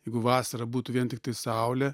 jeigu vasarą būtų vien tiktai saulė